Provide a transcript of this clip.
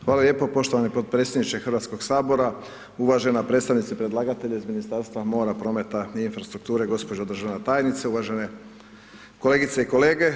Hvala lijepo poštovani potpredsjedniče Hrvatskoga sabora, uvažena predstavnice predlagatelja iz Ministarstva mora, prometa i infrastrukture, gospođo državna tajnice, uvažene kolegice i kolege.